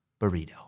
burrito